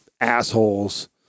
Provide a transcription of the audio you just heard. assholes